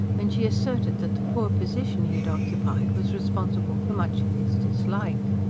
when she asserted that the poor position he had occupied was responsible for much of his dislike.